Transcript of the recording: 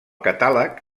catàleg